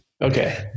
Okay